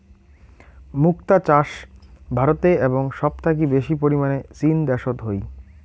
মুক্তা চাষ ভারতে এবং সব থাকি বেশি পরিমানে চীন দ্যাশোত হই